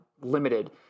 limited